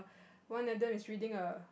one of them is reading a